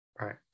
Right